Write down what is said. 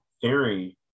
Theory